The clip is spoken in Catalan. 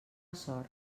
sort